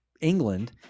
England